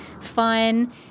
fun